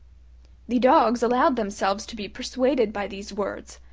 the dogs allowed themselves to be persuaded by these words,